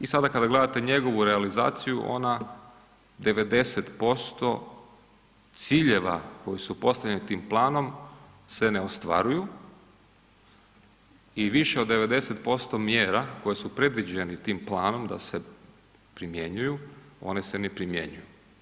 I sada kada gledate njegovu realizaciju ona 90% ciljeva koji su postavljeni tim planom se ne ostvaruju i više od 90% mjera koje su predviđeni tim planom da se primjenjuju one se ne primjenjuju.